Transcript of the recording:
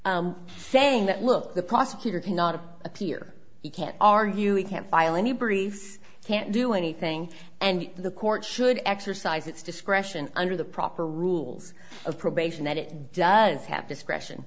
it saying that look the prosecutor cannot appear you can argue he can't file any brief can't do anything and the court should exercise its discretion under the proper rules of probation that it does ha